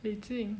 李静